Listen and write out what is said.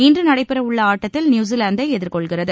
இன்று நடைபெறவுள்ள ஆட்டத்தில் நியூசிலாந்தை எதிர்கொள்கிறது